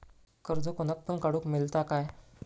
कर्ज कोणाक पण काडूक मेलता काय?